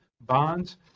bonds